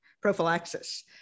prophylaxis